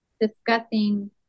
discussing